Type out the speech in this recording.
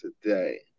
today